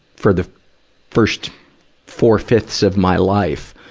for the first four-fifths of my life,